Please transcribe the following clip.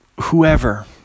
whoever